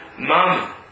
mama